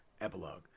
epilogue